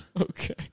Okay